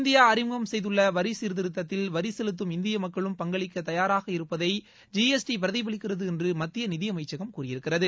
India அறிமுகம் செய்துள்ள வரிச் சீர்திருத்தத்தில் வரி செலுத்தும் இந்திய மக்களும் பங்களிக்கத் தயாராக இருப்பதை ஜிஎஸ்டி பிரதிபலிக்கிறது என்று மத்திய நிதியமைச்சகம் கூறியிருக்கிறது